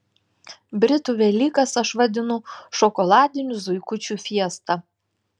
britų velykas aš vadinu šokoladinių zuikučių fiesta